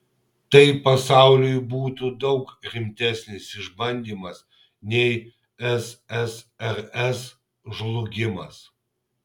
tai pasauliui būtų daug rimtesnis išbandymas nei ssrs žlugimas